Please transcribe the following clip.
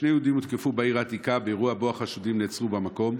שני יהודים הותקפו בעיר העתיקה באירוע והחשודים בו נעצרו במקום,